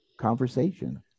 conversation